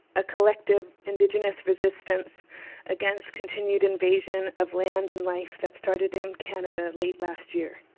a collective indigenous resistance against continued invasion of land and life that started in canada late last year.